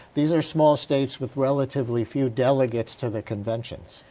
these are small states with relatively few delegates to the convention.